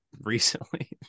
recently